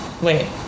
Wait